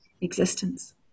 existence